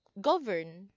govern